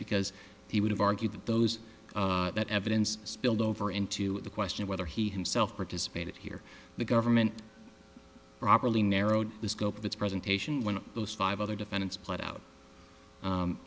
because he would have argued that those that evidence spilled over into the question whether he himself participated here the government properly narrowed the scope of its presentation when those five other defendants pled out